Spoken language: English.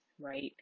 right